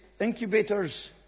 incubators